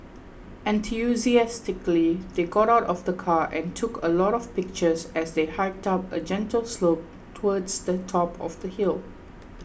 enthusiastically they got out of the car and took a lot of pictures as they hiked up a gentle slope towards the top of the hill